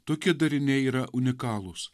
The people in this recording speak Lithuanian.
tokie dariniai yra unikalūs